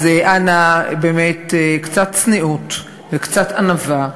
אז אנא, באמת, קצת צניעות וקצת ענווה.